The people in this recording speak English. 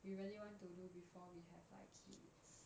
we really want to do before we have like kids